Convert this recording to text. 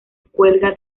cuelga